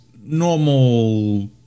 normal